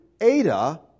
ada